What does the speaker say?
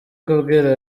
kubwira